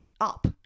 Up